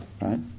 right